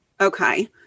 Okay